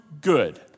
good